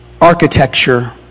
architecture